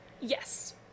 Yes